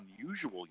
unusual